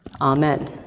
Amen